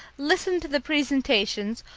listen to the presentations,